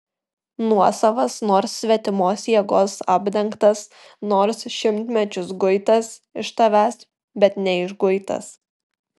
nuosavas nors svetimos jėgos apdengtas nors šimtmečius guitas iš tavęs bet neišguitas